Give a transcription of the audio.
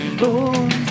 boom